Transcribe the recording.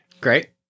Great